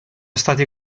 stati